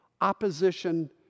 opposition